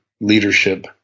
leadership